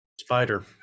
spider